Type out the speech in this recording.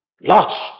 Lost